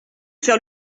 faire